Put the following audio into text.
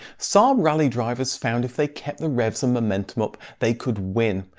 saab rally drivers found if they kept the revs and momentum up, they could win.